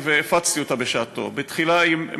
עשינו עם מחוגה,